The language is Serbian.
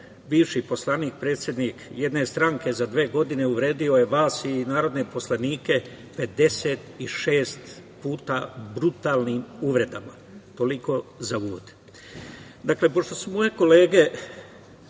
bivši poslanik, predsednik jedne stranke za dve godine uvredio je vas i narodne poslanike 56 puta brutalnim uvredama. Toliko za uvod. Dakle, pošto su moje kolege